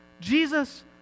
Jesus